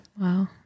Wow